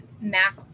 Mac